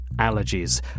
allergies